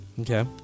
Okay